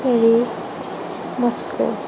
Paris Moscow